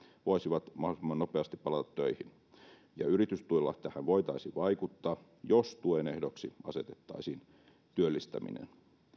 voisivat mahdollisimman nopeasti palata töihin ja yritystuilla tähän voitaisiin vaikuttaa jos tuen ehdoksi asetettaisiin työllistäminen